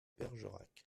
bergerac